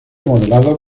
modelado